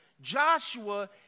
Joshua